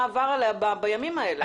מה עבר עליה בימים האלה.